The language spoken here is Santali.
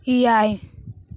ᱮᱭᱟᱭ